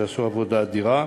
שעשו עבודה אדירה,